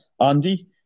Andy